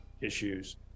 issues